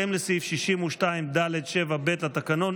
בהתאם לסעיף 62(ד)(7)(ב) לתקנון,